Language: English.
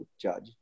judge